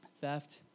theft